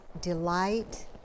delight